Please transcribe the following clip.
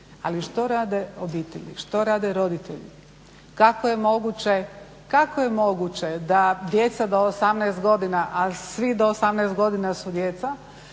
Ali što rade obitelji, što rade roditelji, kako je moguće da djeca do 18 godina, ali svi do 18 godina su djeca